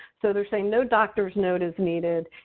so they're saying, no doctor's note is needed.